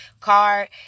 card